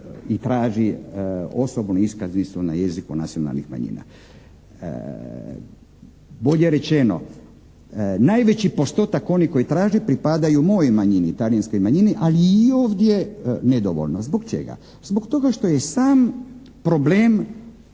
i traži osobnu iskaznicu na jeziku nacionalnih manjina? Bolje rečeno najveći postotak onih koji traže pripadaju mojoj manjini, talijanskoj manjini, ali i ovdje nedovoljno. Zbog čega? Zbog toga što je sam problem